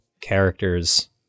characters